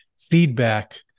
feedback